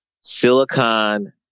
Silicon